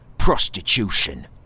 prostitution